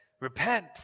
repent